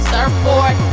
Surfboard